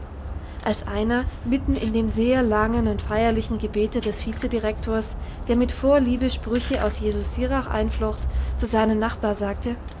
als einer mitten in dem sehr langen und feierlichen gebete des vizedirektors der mit vorliebe sprüche aus jesus sirach einflocht zu seinem nachbar sagte